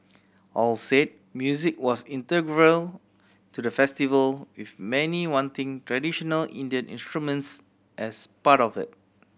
all said music was integral to the festival with many wanting traditional Indian instruments as part of it